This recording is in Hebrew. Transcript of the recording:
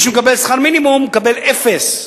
מי שמקבל שכר מינימום מקבל אפס.